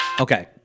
Okay